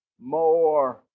more